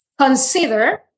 consider